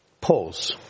Pause